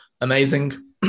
amazing